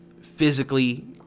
physically